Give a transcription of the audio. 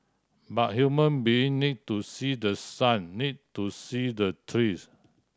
but human being need to see the sun need to see the trees